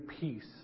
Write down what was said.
peace